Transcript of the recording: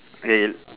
okay